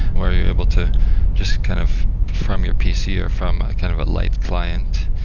where are you able to just kind of from your pc, or from kind of a light client,